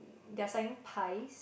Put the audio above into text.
they are saying pies